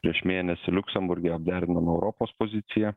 prieš mėnesį liuksemburge derinom europos poziciją